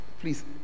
Please